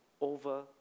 over